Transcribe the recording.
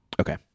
Okay